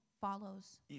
follows